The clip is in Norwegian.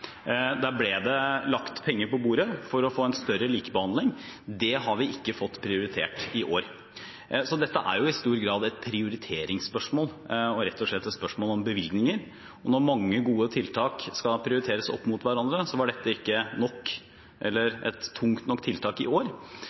ble det lagt penger på bordet for å få en større likebehandling. Det har vi ikke fått prioritert i år. Dette er i stor grad et prioriteringsspørsmål og rett og slett et spørsmål om bevilgninger. Når mange gode tiltak skal prioriteres opp mot hverandre, var ikke dette et tungt nok tiltak i år.